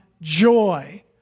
joy